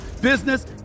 business